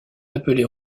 appelées